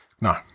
No